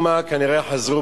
אנחנו עוברים